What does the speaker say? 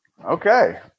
Okay